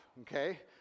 okay